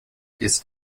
ist